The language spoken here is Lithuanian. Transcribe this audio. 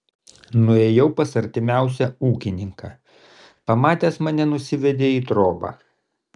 nuėjau pas artimiausią ūkininką pamatęs mane nusivedė į trobą